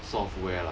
software lah